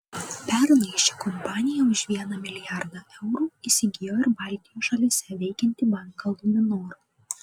pernai ši kompanija už vieną milijardą eurų įsigijo ir baltijos šalyse veikiantį banką luminor